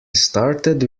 started